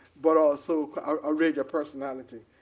but also, a radio personality.